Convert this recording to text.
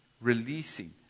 Releasing